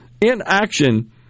Inaction